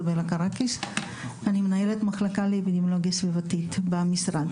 אני מנהלת מחלקה לאפידמיולוגיה סביבתית במשרד.